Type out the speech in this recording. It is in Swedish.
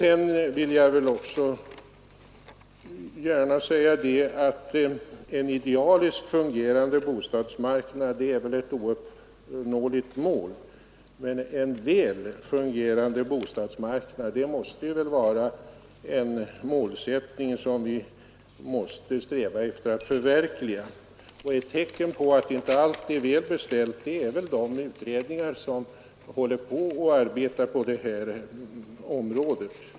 En idealiskt fungerande bostadsmarknad är väl ett ouppnåeligt mål, men en väl fungerande bostadsmarknad är en målsättning som vi måste sträva efter att förverkliga. Ett tecken på att inte allt är väl beställt är de utredningar som arbetar på detta område.